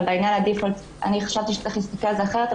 אבל בעניין ברירת המחדל חשבתי שצריך להסתכל על זה אחרת,